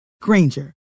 Granger